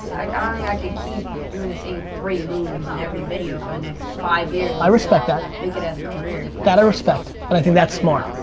i ah i can keep doing the same three moves in every video for the next five years. i respect that. make it as a career. that i respect, but i think that's smart.